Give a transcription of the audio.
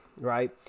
right